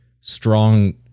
strong